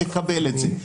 תקבל את זה.